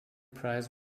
prize